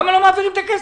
למה לא מעבירים את הכסף?